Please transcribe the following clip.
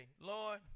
Lord